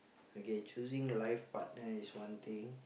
okay choosing life partner is one thing